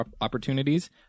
opportunities